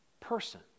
person